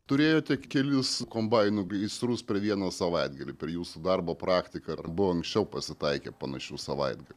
turėjote kelis kombainų gaisrus per vieną savaitgalį per jūsų darbo praktiką ar buvo anksčiau pasitaikę panašių savaitgalių